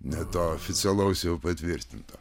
ne to oficialaus jau patvirtinto